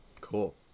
Cool